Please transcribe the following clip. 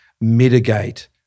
mitigate